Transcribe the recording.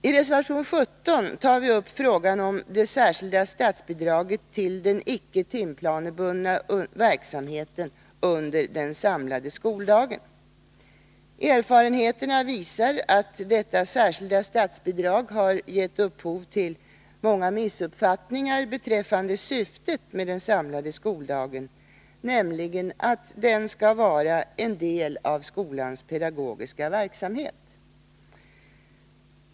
I reservation 17 tar vi upp frågan om det särskilda statsbidraget till den icke timplanebundna verksamheten under den samlade skoldagen. Erfarenheterna visar att detta särskilda statsbidrag har givit upphov till många missuppfattningar beträffande syftet med den samlade skoldagen, nämligen att den skall vara en del av skolans pedagogiska verksamhet.